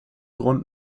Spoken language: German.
grund